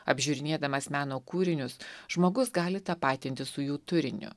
apžiūrinėdamas meno kūrinius žmogus gali tapatintis su jų turiniu